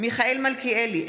מיכאל מלכיאלי,